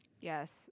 Yes